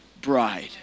bride